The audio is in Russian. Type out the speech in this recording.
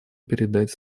передать